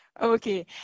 Okay